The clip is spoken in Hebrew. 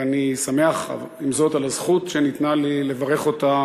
ואני שמח, עם זאת, על הזכות שניתנה לי, לברך אותה